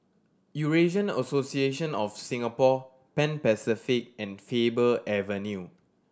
Eurasian Association of Singapore Pan Pacific and Faber Avenue